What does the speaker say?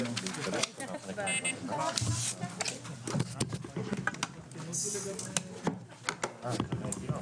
ננעלה בשעה 14:22.